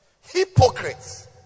Hypocrites